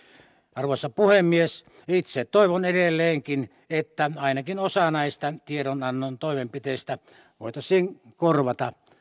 arvoisa puhemies itse toivon edelleenkin että ainakin osa näistä tiedonannon toimenpiteistä voitaisiin korvata